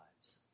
lives